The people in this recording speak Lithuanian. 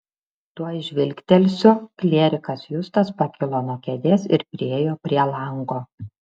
tuoj žvilgtelsiu klierikas justas pakilo nuo kėdės ir priėjo prie lango